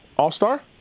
all-star